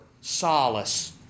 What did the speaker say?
solace